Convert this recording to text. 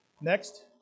Next